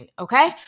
okay